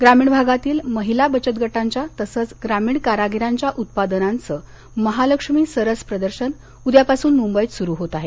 ग्रामीण भागातील बचतगटांच्या तसंच ग्रामीण कारागिरांच्या उत्पादनांचं महालक्ष्मी सरस प्रदर्शन उद्यापासून मुंबईत सुरू होत आहे